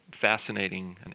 fascinating